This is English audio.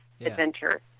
adventure